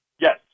Yes